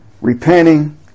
repenting